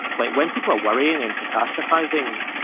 when when people are worrying and catastrophizing,